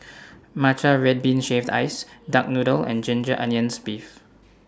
Matcha Red Bean Shaved Ice Duck Noodle and Ginger Onions Beef